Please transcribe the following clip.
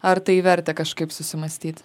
ar tai vertė kažkaip susimąstyt